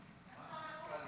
מכובדי השר,